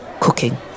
cooking